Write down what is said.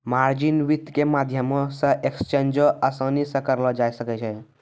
margin वित्त के माध्यमो से एक्सचेंजो असानी से करलो जाय सकै छै